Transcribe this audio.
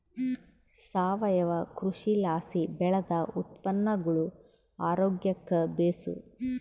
ಸಾವಯವ ಕೃಷಿಲಾಸಿ ಬೆಳ್ದ ಉತ್ಪನ್ನಗುಳು ಆರೋಗ್ಯುಕ್ಕ ಬೇಸು